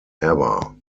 ever